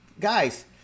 guys